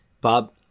Bob